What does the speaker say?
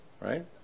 right